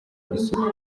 isuku